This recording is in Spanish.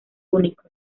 únicos